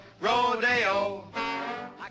rodeo